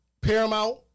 Paramount